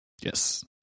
Yes